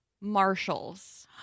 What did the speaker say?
Marshalls